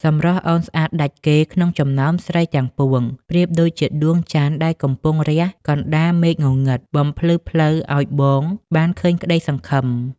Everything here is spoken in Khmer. សម្រស់អូនស្អាតដាច់គេក្នុងចំណោមស្រីទាំងពួង ប្រៀបដូចជាដួងច័ន្ទដែលកំពុងរះកណ្តាលមេឃងងឹត បំភ្លឺផ្លូវឱ្យបងបានឃើញក្តីសង្ឃឹម។